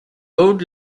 old